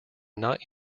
not